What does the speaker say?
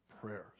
prayers